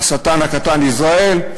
"השטן הקטן" ישראל,